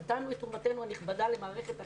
נתנו את תרומתנו הנכבדה למערכת החינוך,